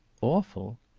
awful?